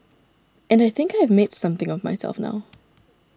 and I think I have made something of myself now